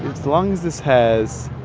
as long as this has